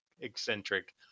eccentric